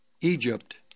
Egypt